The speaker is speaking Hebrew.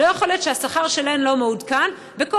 לא יכול להיות שהשכר שלהן לא מעודכן וכל